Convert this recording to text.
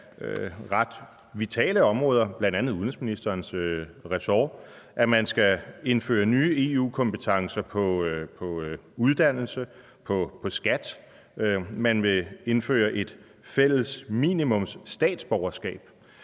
ret vitale områder, bl.a. udenrigsministerens ressort, og at man skal indføre nye EU-kompetencer i forhold til uddannelse og skat, og at man vil indføre et fælles minimumsstatsborgerskab.